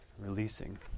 releasing